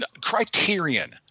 Criterion